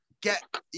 get